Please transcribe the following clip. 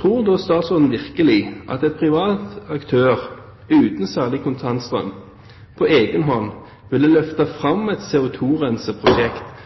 Tror da statsråden virkelig at en privat aktør uten særlig kontantstrøm på egen hånd ville